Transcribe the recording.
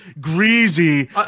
greasy